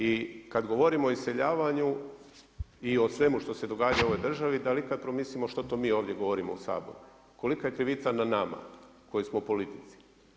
I kada govorimo o iseljavanju i o svemu što se događa u ovoj državi, da li ikada promislimo što to mi ovdje govorimo u Saboru, kolika je krivica na nama koji smo u politici?